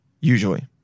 Usually